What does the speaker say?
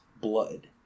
Blood